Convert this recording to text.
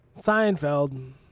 Seinfeld